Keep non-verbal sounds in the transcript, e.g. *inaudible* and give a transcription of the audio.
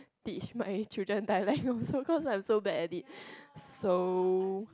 teach my children dialect also cause I'm so bad at it *breath* so